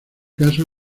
caso